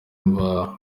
imvaho